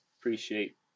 Appreciate